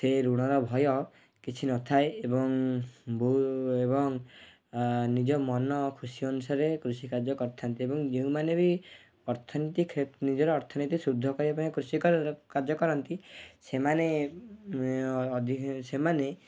ସେ ଋଣର ଭୟ କିଛି ନଥାଏ ଏବଂ ବୁ ଏବଂ ଆ ନିଜ ମନ ଖୁସି ଅନୁସାରେ କୃଷି କାର୍ଯ୍ୟ କରିଥାନ୍ତି ଏବଂ ଯେଉଁମାନେ ବି ଅର୍ଥନୀତି ଖେ ନିଜର ଅର୍ଥନୀତି ସୁଦୃଢ଼ କରିବା ପାଇଁ କୃଷି କାର୍ଯ୍ୟ କରନ୍ତି ସେମାନେ ସେମାନେ